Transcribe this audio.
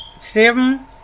Seven